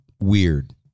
weird